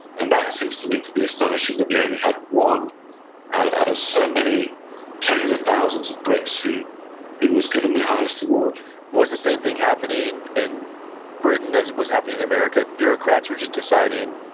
and that seems to me to be astonishing, that we only had one out of so many tens of thousands of brits who who was given the highest award was the same thing happening in britain as was happening in america? bureaucrats were just deciding?